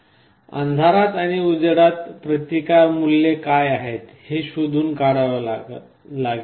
अंधारात आणि उजेडात प्रतिकार मूल्ये काय आहेत हे शोधून काढावे लागेल